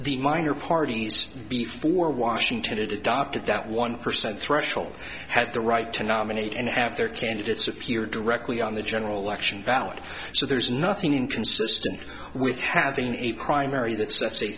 the minor parties before washington adopted that one percent threshold had the right to nominate and have their candidates appear directly on the general election alan so there's nothing inconsistent with having a primary that sets